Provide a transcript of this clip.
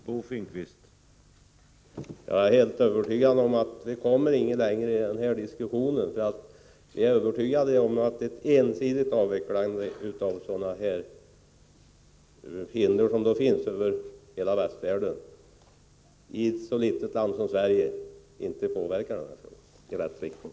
Herr talman! Jag är helt säker på att vi inte kommer längre i den här diskussionen. Vi är övertygade om att ett ensidigt avvecklande i ett så litet land som Sverige av sådana här hinder, som finns över hela västvärlden, inte påverkar förhållandena i rätt riktning.